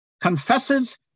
Confesses